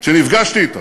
כשנפגשתי אתם,